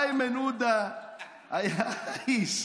איימן עודה היה האיש.